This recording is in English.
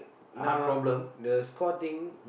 now ah the score thing